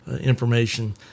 information